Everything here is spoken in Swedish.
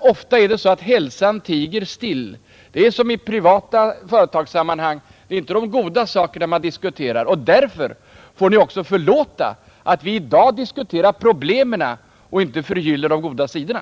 Ofta är det nämligen så att hälsan tiger still. Det är på samma sätt som i privata företagssammanhang inte de goda sakerna man diskuterar. Därför får ni också förlåta oss att vi i dag diskuterar problemen och inte förgyller de goda sidorna.